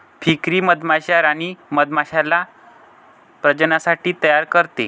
फ्रीकरी मधमाश्या राणी मधमाश्याला प्रजननासाठी तयार करते